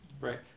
right